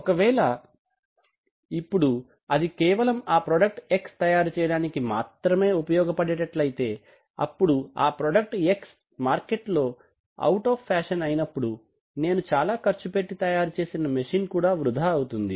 ఒకవేళ ఇప్పుడు అది కేవలం ఆ ప్రోడక్ట్ X తయారు చేయడానికి మాత్రమే ఉపయోగపడేటట్లైతే అప్పుడు ఆ ప్రోడక్ట్ X మార్కెట్ లో అవుట్ ఆఫ్ ఫ్యాషన్ అయినప్పుడు నేను చాలా ఖర్చుపెట్టి తయారుచేసిన మెషిన్ కూడా వృధా అవుతుంది